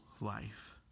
life